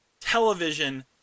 television